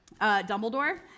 Dumbledore